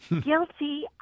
Guilty